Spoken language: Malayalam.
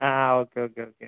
ആ ആ ഓക്കെ ഓക്കെ ഓക്കെ